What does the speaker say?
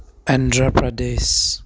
Andhra Pradesh